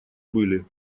были